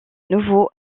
nouveau